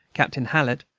captain hallett.